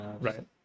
Right